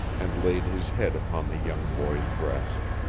and laid his head upon the young boy's breast.